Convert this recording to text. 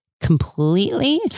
Completely